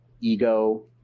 ego